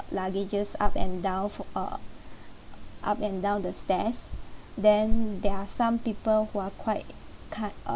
luggages up and down for uh up and down the stairs then there are some people who are quite k~ uh